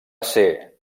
ser